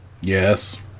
Yes